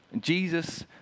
Jesus